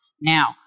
Now